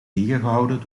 tegengehouden